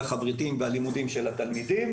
החברתיים והלימודיים של התלמידים,